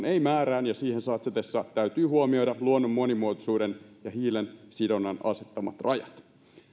ei määrään ja siihen satsatessa täytyy huomioida luonnon monimuotoisuuden ja hiilensidonnan asettamat rajat